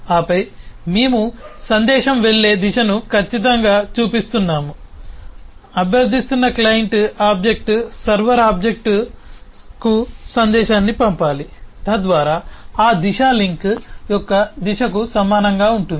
ఆపై మేము సందేశం వెళ్లే దిశను ఖచ్చితంగా చూపిస్తున్నాము అభ్యర్థిస్తున్న క్లయింట్ ఆబ్జెక్ట్ సర్వర్ ఆబ్జెక్ట్కు సందేశాన్ని పంపాలి తద్వారా ఆ దిశ లింక్ యొక్క దిశకు సమానంగా ఉంటుంది